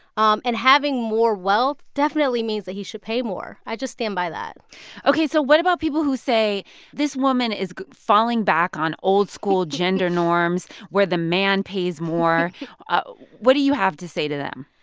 um and having more wealth definitely means that he should pay more. i just stand by that ok. so what about people who say this woman is falling back on old-school gender norms where the man pays more what do you have to say to them?